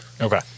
okay